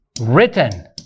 written